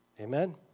Amen